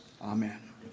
Amen